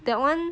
that [one]